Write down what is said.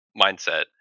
mindset